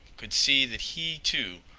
could see that he, too,